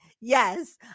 Yes